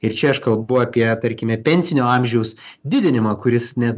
ir čia aš kalbu apie tarkime pensinio amžiaus didinimą kuris ne